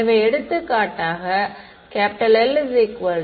எனவே எடுத்துக்காட்டாக Ld2dr2